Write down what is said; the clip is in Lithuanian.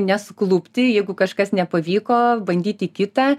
nesuklupti jeigu kažkas nepavyko bandyti kitą